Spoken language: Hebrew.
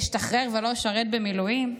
אשתחרר ולא אשרת במילואים?